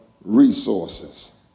resources